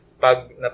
pag